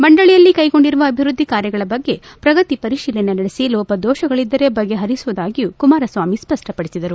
ಮಂಡಳಿಯಲ್ಲಿ ಕೈಗೊಂಡಿರುವ ಅಭಿವೃದ್ದಿ ಕಾರ್ಯಗಳ ಬಗ್ಗೆ ಶ್ರಗತಿ ಪರಿತೀಲನೆ ನಡೆಸಿ ಲೋಪದೋಷಗಳದ್ದರೆ ಬಗೆಹರಿಸುವುದಾಗಿಯೂ ಕುಮಾರಸ್ವಾಮಿ ಸ್ಪಷ್ಟ ಪಡಿಸಿದರು